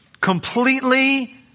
completely